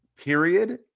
period